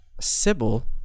Sybil